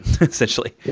essentially